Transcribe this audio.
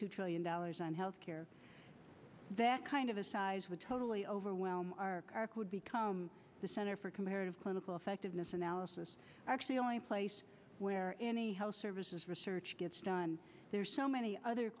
two trillion dollars on health care that kind of a size would totally overwhelm our would become the center for comparative clinical effectiveness analysis actually only place where anyhow services research gets done there's so many other